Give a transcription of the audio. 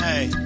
Hey